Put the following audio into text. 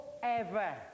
forever